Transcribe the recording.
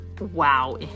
Wow